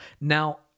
Now